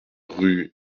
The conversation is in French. rue